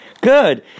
Good